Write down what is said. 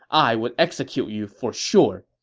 i would execute you for sure.